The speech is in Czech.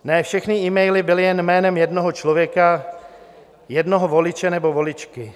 Ne všechny emaily byly jen jménem jednoho člověka, jednoho voliče nebo voličky.